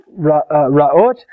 Raot